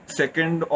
second